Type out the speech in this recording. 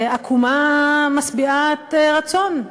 בעקומה משביעת רצון,